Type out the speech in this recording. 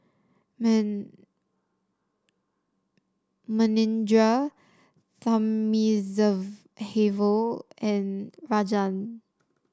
Man Manindra Thamizhavel and Rajan